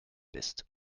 bist